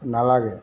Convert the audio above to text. নালাগে